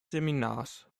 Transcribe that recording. seminars